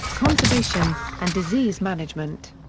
conservation, and disease-management.